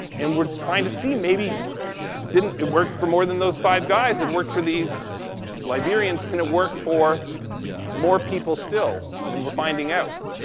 and we're trying to see maybe didn't, it worked for more than those five guys. it worked for these liberians. can it work for more people still? and we're finding out,